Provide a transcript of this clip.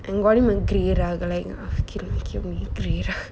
and got it in grey ah kill me kill me grey